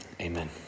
amen